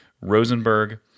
Rosenberg